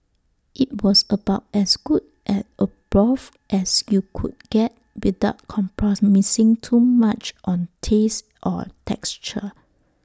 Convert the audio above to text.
IT was about as good as A broth as you could get without compromising too much on taste or texture